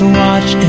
watch